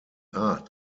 art